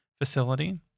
facility